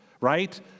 right